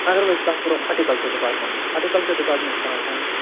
اگر وۅنۍ أسۍ کَتھ کَرو ہارٹیکلچر ڈپارٹمٮ۪نٹٕچ ہارٹیکلچر ڈِپارٹمٮ۪نٛٹ چھُ کَران کٲم